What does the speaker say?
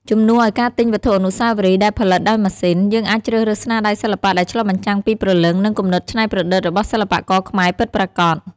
ជំនួសឱ្យការទិញវត្ថុអនុស្សាវរីយ៍ដែលផលិតដោយម៉ាស៊ីន យើងអាចជ្រើសរើសស្នាដៃសិល្បៈដែលឆ្លុះបញ្ចាំងពីព្រលឹង និងគំនិតច្នៃប្រឌិតរបស់សិល្បករខ្មែរពិតប្រាកដ។